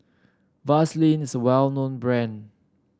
Vaselin is a well known brand